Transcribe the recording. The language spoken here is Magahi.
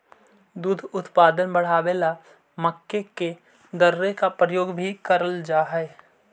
दुग्ध उत्पादन बढ़ावे ला मक्के के दर्रे का प्रयोग भी कराल जा हई